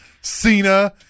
Cena